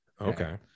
okay